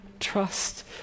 trust